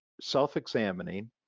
self-examining